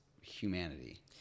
humanity